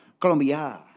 Colombia